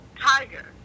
Tiger